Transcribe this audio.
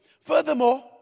Furthermore